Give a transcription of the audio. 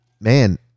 man